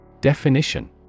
Definition